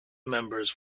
members